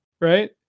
Right